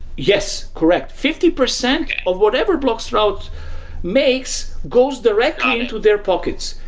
yes, correct. fifty percent of whatever bloxroute makes goes directly into their pockets.